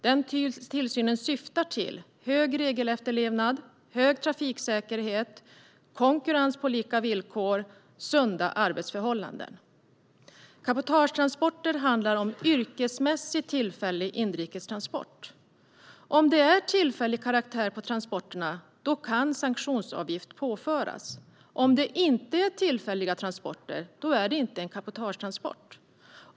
Denna tillsyn syftar till hög regelefterlevnad, hög trafiksäkerhet, konkurrens på lika villkor och sunda arbetsförhållanden. Cabotagetransporter handlar om yrkesmässig tillfällig inrikestransport. Om transporterna är av tillfällig karaktär kan en sanktionsavgift påföras. Om transporterna inte är tillfälliga rör det sig inte om cabotagetransport.